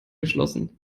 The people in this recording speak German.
geschlossen